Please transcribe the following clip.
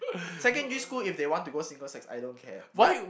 secondary school if they want to go single sex I don't care but